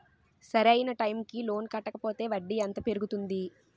సరి అయినా టైం కి లోన్ కట్టకపోతే వడ్డీ ఎంత పెరుగుతుంది?